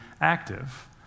active